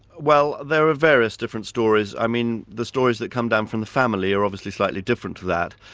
well there are various different stories. i mean the stories that come down from the family are obviously slightly different to that.